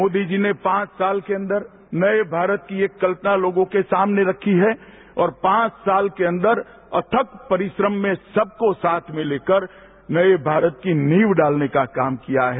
मोदी जी ने पांच साल के अंदर नए भारत की एक कल्पना लोगों के सामने रखी है और पांच साल के अंदर अथक परिश्रम में सबको साथ में लेकर नए भारत की नींव डालने का काम किया है